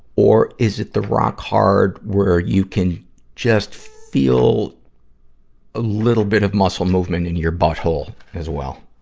or is it the rock hard where you can just feel a little bit of muscle movement in your butthole as well?